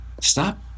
Stop